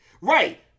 right